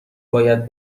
باید